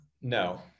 No